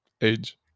age